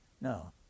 No